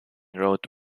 wrote